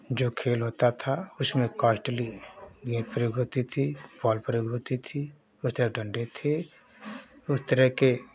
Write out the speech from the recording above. जो खेल होता था उसमें कॉस्टली गेन्द प्रयोग होती थी बॉल प्रयोग होता था उस तरह के थे उस तरह के